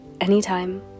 anytime